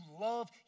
love